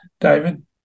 David